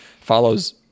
follows